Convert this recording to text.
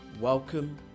Welcome